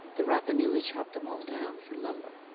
the rapanui chopped them all down for lumber.